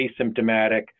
asymptomatic